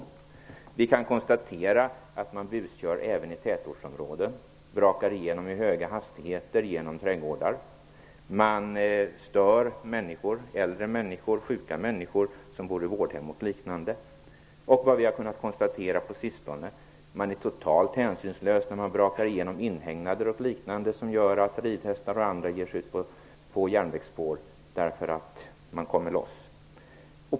Vi kan konstatera att man buskör även i tätortsområden, brakar i höga hastigheter genom trädgårdar. Man stör äldre och sjuka människor som bor på vårdhem och liknande. Vi har på sistone kunnat konstatera att man är totalt hänsynslös när man brakar igenom inhägnader och liknande så att ridhästar kommer loss och ger sig ut på järnvägsspår.